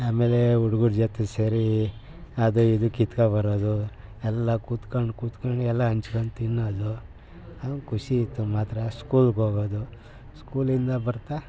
ಆಮೇಲೆ ಹುಡುಗ್ರ ಜೊತೆ ಸೇರಿ ಅದು ಇದು ಕಿತ್ಕೊಂಡ್ಬರೋದು ಎಲ್ಲ ಕೂತ್ಕೊಂಡು ಕೂತ್ಕೊಂಡು ಎಲ್ಲ ಹಂಚ್ಕೊಂಡು ತಿನ್ನೋದು ಆವಾಗ ಖುಷಿ ಇತ್ತು ಮಾತ್ರ ಸ್ಕೂಲ್ಗೋಗೋದು ಸ್ಕೂಲಿಂದ ಬರ್ತಾ